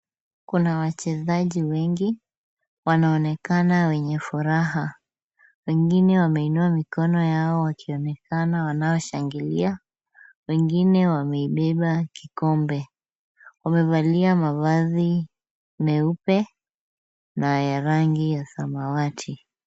Kuna wachezaji wengi, wanaonekana wenye furaha. Wengine wameinua mikono yao wakionekana wanaoshangilia, wengine wamekibeba kikombe. Wamevalia mavazi meupe na ya rangi ya samawati.